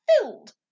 filled